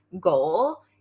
goal